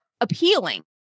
appealing